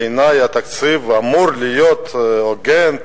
בעיני התקציב אמור להיות הוגן,